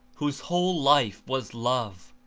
whose whole life was love,